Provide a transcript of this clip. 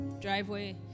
driveway